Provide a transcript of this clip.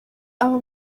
aba